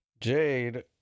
Jade